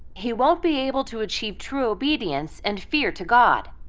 he won't be able to achieve true obedience and fear to god.